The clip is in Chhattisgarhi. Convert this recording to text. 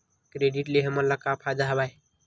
क्रेडिट ले हमन ला का फ़ायदा हवय?